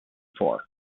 four